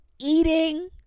eating